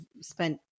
spent